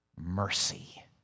mercy